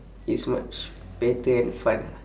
it's much better and fun lah